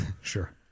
Sure